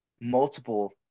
multiple